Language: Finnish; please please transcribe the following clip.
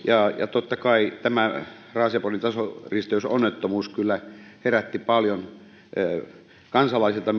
totta kai tämä raaseporin tasoristeysonnettomuus kyllä herätti paljon myös kansalaisilta